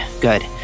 good